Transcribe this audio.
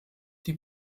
die